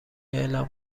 اعلام